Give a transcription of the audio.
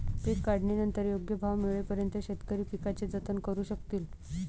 पीक काढणीनंतर योग्य भाव मिळेपर्यंत शेतकरी पिकाचे जतन करू शकतील